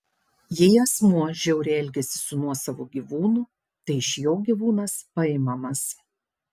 jei asmuo žiauriai elgiasi su nuosavu gyvūnu tai iš jo gyvūnas paimamas